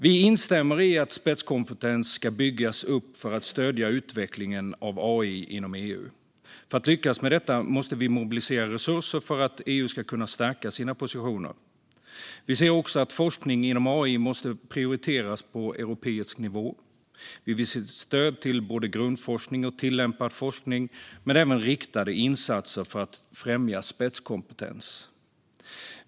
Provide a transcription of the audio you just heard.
Vi instämmer i att spetskompetens ska byggas upp för att stödja utvecklingen av AI inom EU. För att lyckas med detta måste vi mobilisera resurser så att EU kan stärka sina positioner. Vi ser också att forskningen inom AI måste prioriteras på europeisk nivå. Vi vill se stöd till både grundforskning och tillämpad forskning men även riktade insatser för att främja spetskompetens.